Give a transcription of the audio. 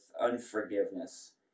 unforgiveness